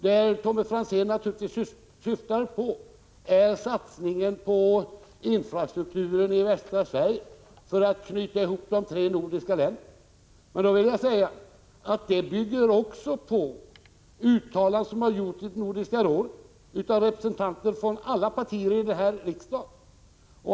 Det Tommy Franzén syftar på är naturligtvis satsningen på infrastrukturen i västra Sverige för att knyta ihop tre av de nordiska länderna. Den satsningen bygger på uttalanden som gjorts i Nordiska rådet av representanter från alla partier här i riksdagen.